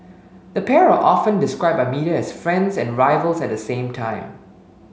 the pair are often described by media as friends and rivals at the same time